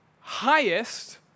highest